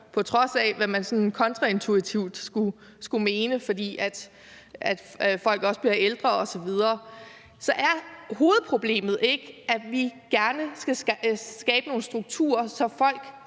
på trods af hvad man sådan kontraintuitivt skulle mene, fordi folk også bliver ældre osv. Så er hovedproblemet ikke, at vi gerne skulle skabe nogle strukturer, så folk